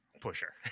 pusher